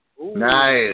Nice